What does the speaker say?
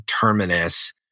Terminus